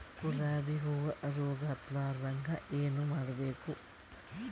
ಗುಲಾಬ್ ಹೂವು ರೋಗ ಹತ್ತಲಾರದಂಗ ಏನು ಮಾಡಬೇಕು?